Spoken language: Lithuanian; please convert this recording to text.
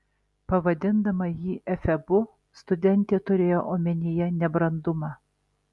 pavadindama jį efebu studentė turėjo omenyje nebrandumą